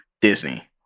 Disney